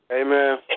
Amen